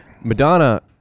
Madonna